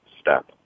step